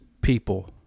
people